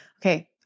okay